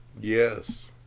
Yes